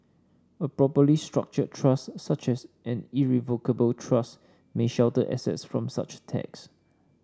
a properly structured trust such as an irrevocable trust may shelter assets from such tax